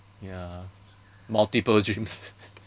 ya multiple dreams